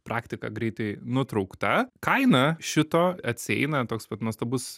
praktika greitai nutraukta kaina šito atsieina toks vat nuostabus